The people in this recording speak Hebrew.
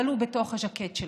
אבל הוא בתוך הז'קט שלך.